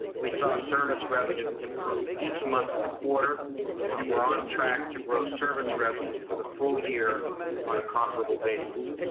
we saw service revenue improve each month in the quarter and we're on track to grow service revenue for the full year on a comparable basis.